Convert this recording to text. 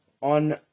on